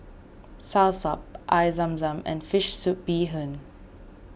Soursop Air Zam Zam and Fish Soup Bee Hoon